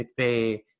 McVeigh